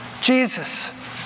Jesus